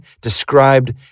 described